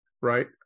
right